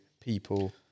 people